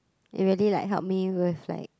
it really like help me with like